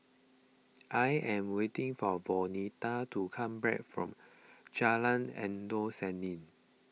I am waiting for Vonetta to come back from Jalan Endut Senin